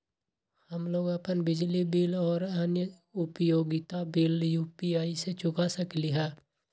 हम लोग अपन बिजली बिल और अन्य उपयोगिता बिल यू.पी.आई से चुका सकिली ह